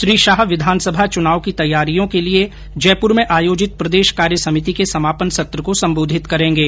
श्री शाह विधानसभा चुनाव की तैयारियों के लिये जयपुर में आयोजित प्रदेश कार्य समिति के समापन सत्र को संबोधित करेंगे